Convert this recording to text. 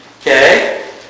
okay